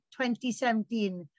2017